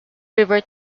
river